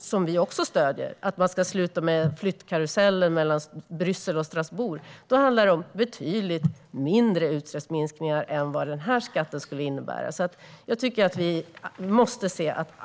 som vi också stöder, såsom att man ska sluta med flyttkarusellen mellan Bryssel och Strasbourg. Då rör det sig om betydligt mindre utsläppsminskningar än vad denna skatt skulle innebära.